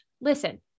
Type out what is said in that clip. listen